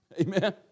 Amen